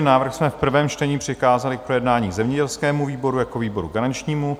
Návrh jsme v prvém čtení přikázali k projednání zemědělskému výboru jako výboru garančnímu.